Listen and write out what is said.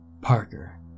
Parker